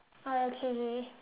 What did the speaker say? oh okay okay